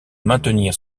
maintenir